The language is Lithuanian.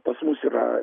pas mus yra